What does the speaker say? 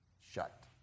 shut